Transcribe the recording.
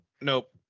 Nope